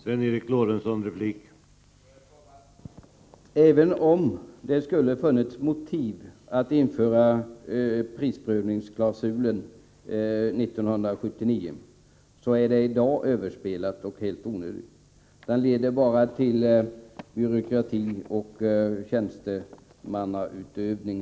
Herr talman! Även om det 1979 skulle ha funnits motiv för att införa prisprövningsklausulen, är detta i dag överspelat och klausulen helt onödig. Den leder bara till byråkrati och tjänstemannautövning.